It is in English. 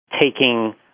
taking